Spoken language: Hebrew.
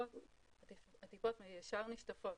הטיפות ישר נשטפות